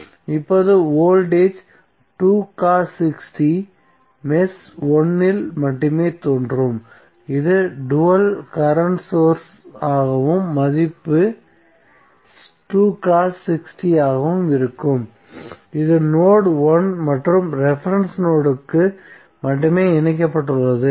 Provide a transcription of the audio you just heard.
இப்போது voltage 2 cos 6t mesh 1 இல் மட்டுமே தோன்றும் இது டூயல் கரண்ட் சோர்ஸ் ஆகவும் மதிப்பு 2 cos 6t ஆகவும் இருக்கும் இது நோட் 1 மற்றும் ரெபரென்ஸ் நோட்க்கு மட்டுமே இணைக்கப்பட்டுள்ளது